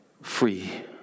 free